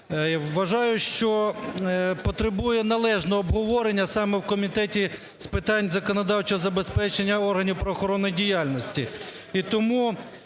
вважаю, що потребує належного обговорення саме в Комітеті з питань законодавчого забезпечення органів правоохоронної діяльності.